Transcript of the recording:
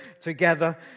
together